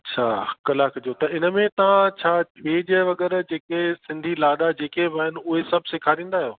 अछा कलाकु जो त इन में तव्हां छा छेॼ वग़ैरह जेके सिंधी लाॾा जेके आहिनि उहे सभु सेखारींदा आहियो